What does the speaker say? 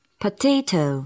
potato